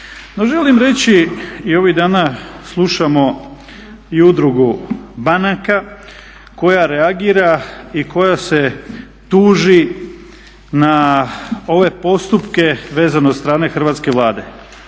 želim reći i ovih dana slušamo i Udrugu banaka koja reagira i koja se tuži na ove postupke vezano od strane hrvatske Vlade.